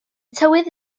tywydd